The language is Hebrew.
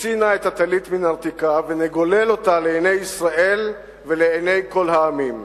נוציא נא את הטלית מנרתיקה ונגולל אותה לעיני ישראל ולעיני כל העמים.